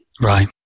Right